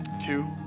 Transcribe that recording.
Two